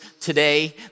today